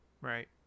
Right